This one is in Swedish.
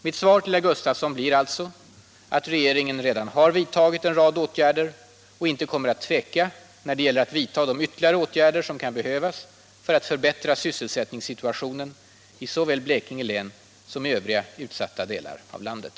Mitt svar till herr Gustafsson blir alltså att regeringen redan har vidtagit en rad åtgärder och inte kommer att tveka när det gäller att vidta de ytterligare åtgärder som kan behövas för att förbättra sysselsättningssituationen såväl i Blekinge län som i övriga utsatta delar av landet.